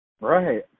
Right